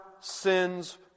sins